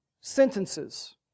sentences